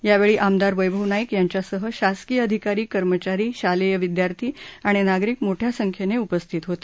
यावेळी आमदार वैभव नाईक यांच्यासह शासकीय अधिकारीकर्मचारी शालेय विद्यार्थी आणि नागरिक मोठ्या संख्येनं उपस्थित होते